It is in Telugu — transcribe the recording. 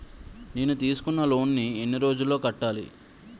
నేను తీసుకున్న లోన్ నీ ఎన్ని రోజుల్లో కట్టాలి?